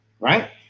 right